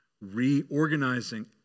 reorganizing